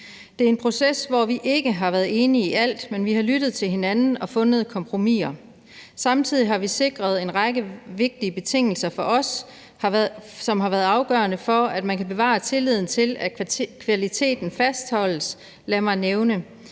Det er en proces, hvor vi ikke har været enige i alt, men vi har lyttet til hinanden og fundet kompromiser. Samtidig har der været en række vigtige betingelser for os, som har været afgørende for, at man kan bevare tilliden til, at kvaliteten fastholdes. Lad mig nævne